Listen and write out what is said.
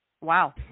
Wow